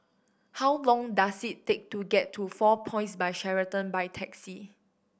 how long does it take to get to Four Points By Sheraton by taxi